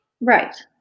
Right